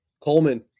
Coleman